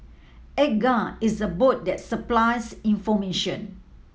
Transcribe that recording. Edgar is a bot that supplies information